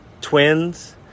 twins